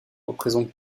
représente